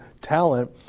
talent